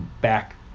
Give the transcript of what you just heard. back